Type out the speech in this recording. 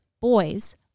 boys